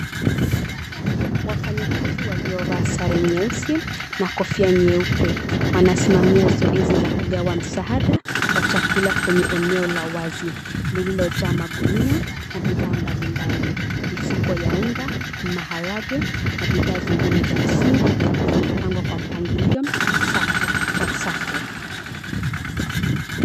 Wafanyikazi waliovaa sare nyeusi na kofia nyeupe , wanasimamia zoezi la kugawa msaada wa chakula kwenye eneo la wazi lililojaa magunia na bidhaa mbali mbali. Mifuko ya unga maharagwe na bidhaa zingine za msingi zimepangwa kwa mpangilio safu kwa safu.